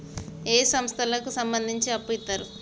ఏ సంస్థలకు సంబంధించి అప్పు ఇత్తరు?